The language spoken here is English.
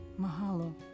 mahalo